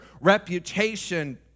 reputation